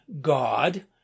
God